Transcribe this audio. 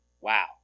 wow